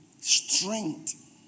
Strength